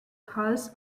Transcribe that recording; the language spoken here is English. hulls